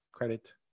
credit